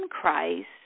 Christ